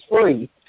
free